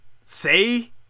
say